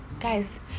guys